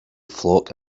flock